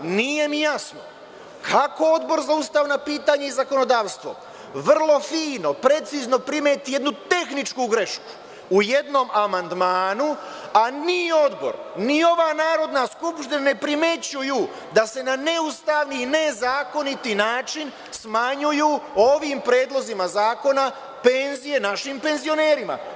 Nije mi jasno kako Odbor za ustavna pitanja i zakonodavstvo vrlo fino, precizno primeti jednu tehničku grešku u jednom amandmanu, a ni Odbor, ni ova narodna skupština ne primećuju da se na neustavni i nezakoniti način smanjuju ovim predlozima zakona penzije našim penzionerima.